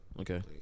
Okay